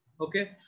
Okay